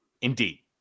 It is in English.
Indeed